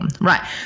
right